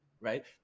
right